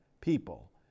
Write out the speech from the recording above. people